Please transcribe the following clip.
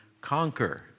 conquer